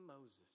Moses